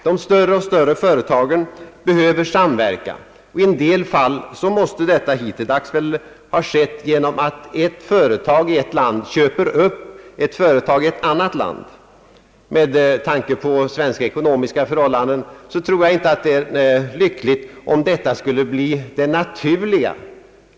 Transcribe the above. De allt större företagen behöver samverkan. I en del fall har denna samverkan hittills skett genom att ett företag i ett land köper upp ett företag i ett annat land. Med tanke på svenska ekonomiska förhållanden tror jag inte det är lyckligt om detta skulle bli det mest naturliga.